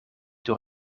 door